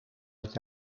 het